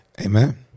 Amen